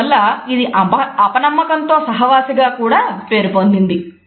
అందువల్ల ఇది అపనమ్మకం తో సహవాసి గా కూడా పేరు పొందింది